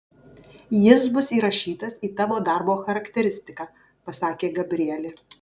jis bus įrašytas į tavo darbo charakteristiką pasakė gabrielė